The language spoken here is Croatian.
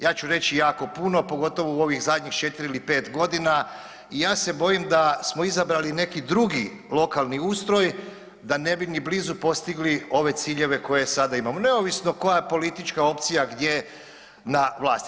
Ja ću reći jako puno pogotovo u ovih zadnjih 4 ili 5 godina i ja se bojim da smo izabrali neki drugi lokalni ustroj da ne bi ni blizu postigli ove ciljeve koje sada imamo neovisno koja je politička opcija gdje na vlasti.